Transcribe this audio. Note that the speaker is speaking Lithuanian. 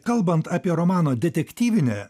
kalbant apie romano detektyvinę